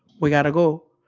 we gotta go.